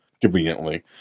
conveniently